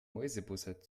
mäusebussard